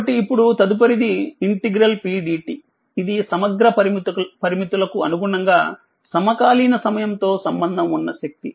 కాబట్టిఇప్పుడు తదుపరిదిPdt ఇది సమగ్ర పరిమితులకు అనుగుణంగా సమకాలీన సమయం తో సంబంధం ఉన్న శక్తి